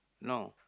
no